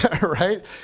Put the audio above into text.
Right